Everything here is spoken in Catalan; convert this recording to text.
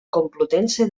complutense